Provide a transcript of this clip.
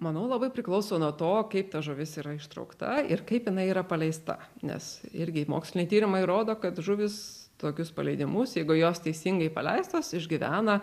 manau labai priklauso nuo to kaip ta žuvis yra ištraukta ir kaip jinai yra paleista nes irgi moksliniai tyrimai rodo kad žuvys tokius paleidimus jeigu jos teisingai paleistos išgyvena